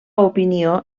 opinió